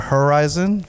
Horizon